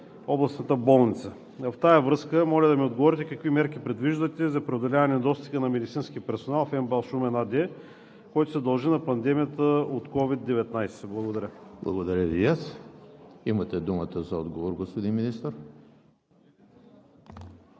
областната болница. В тази връзка моля да ми отговорите: какви мерки предвиждате за преодоляване на недостига на медицински персонал в „МБАЛ – Шумен“ АД, което се дължи на пандемията от COVID -19? Благодаря. ПРЕДСЕДАТЕЛ ЕМИЛ ХРИСТОВ: Благодаря Ви и аз. Имате думата за отговор, господин Министър.